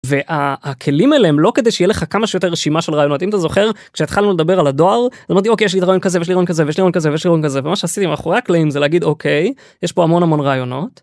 והכלים האלה הם לא כדי שיהיה לך כמה שיותר רשימה של רעיונות אם אתה זוכר כשהתחלנו לדבר על הדואר אמרתי לא יודע יש לי רעיון כזה ויש לי רעיון כזה ויש לי רעיון כזה, מה שעשיתי מאחורי הכלים זה להגיד אוקיי יש פה המון המון רעיונות.